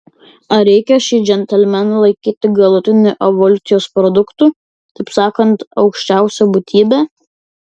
ar reikia šį džentelmeną laikyti galutiniu evoliucijos produktu taip sakant aukščiausia būtybe